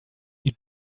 you